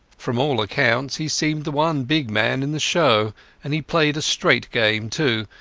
from all accounts he seemed the one big man in the show and he played a straight game too,